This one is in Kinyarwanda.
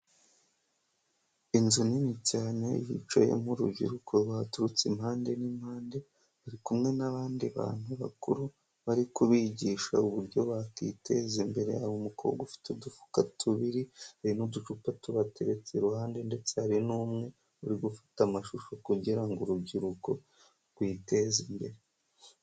Inzu nini cyane yicayemo urubyiruko baturutse impande n'impande, ruri kumwe n'abandi bantu bakuru bari kubigisha uburyo bakiteza imbere, hari umukobwa ufite udufuka tubiri, hari n'uducupa tubateretse iruhande ndetse hari n'umwe uri gufata amashusho kugira ngo urubyiruko rwiteze imbere.